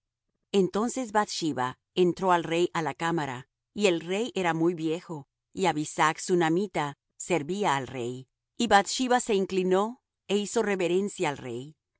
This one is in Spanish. entonces bath sheba entró al rey á la cámara y el rey era muy viejo y abisag sunamita servía al rey y bath sheba se inclinó é hizo reverencia al rey